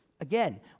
Again